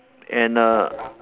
and a